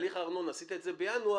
הארנונה עשית את זה בינואר,